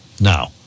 now